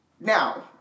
Now